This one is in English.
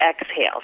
exhale